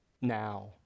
now